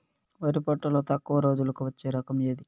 వరి పంటలో తక్కువ రోజులకి వచ్చే రకం ఏది?